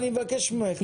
אני מבקש ממך.